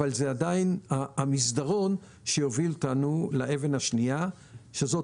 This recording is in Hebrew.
אבל זה עדיין המסדרון שיוביל אותנו לאבן השנייה שזאת